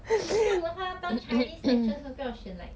if 这样的话要当 chinese actress why 不要先 like